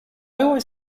always